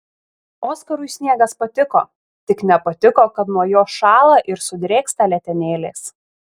oskarui sniegas patiko tik nepatiko kad nuo jo šąla ir sudrėksta letenėlės